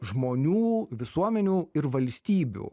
žmonių visuomenių ir valstybių